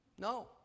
No